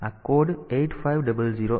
તેથી આ code 8500F0 છે પછી mov 0f0h 00 છે